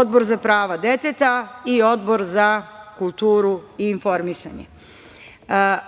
Odbor za prava deteta i Odbor za kulturu i informisanje. Šta